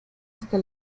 hasta